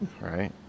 right